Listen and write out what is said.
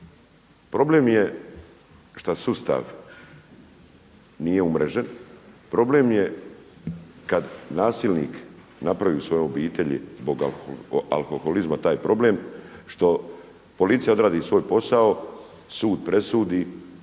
Problem je što sustav nije umrežen, problem je kada nasilnik napravi u svojoj obitelji zbog alkoholizma taj problem što policija odradi svoj posao, sud presudi,